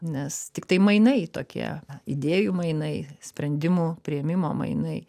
nes tiktai mainai tokie idėjų mainai sprendimų priėmimo mainai